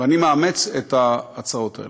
ואני מאמץ את ההצעות האלה.